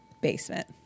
basement